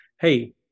Hey